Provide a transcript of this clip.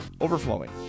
overflowing